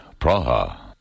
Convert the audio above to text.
Praha